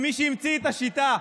ממי שהמציא את השיטה.